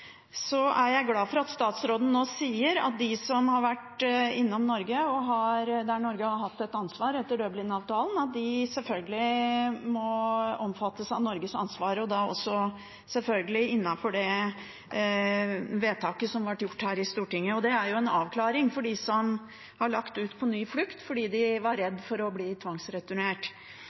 er glad for at statsråden nå sier at de som har vært innom Norge, og der Norge har hatt et ansvar etter Dublin-avtalen, selvfølgelig må omfattes av Norges ansvar og da selvfølgelig innenfor det vedtaket som ble fattet her i Stortinget. Det er jo en avklaring for dem som har lagt ut på ny flukt fordi de var redd for å bli tvangsreturnert.